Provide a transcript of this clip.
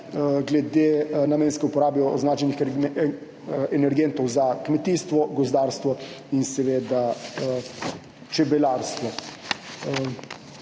glede namenske uporabe označenih energentov za kmetijstvo, gozdarstvo in seveda čebelarstvo.